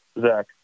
Zach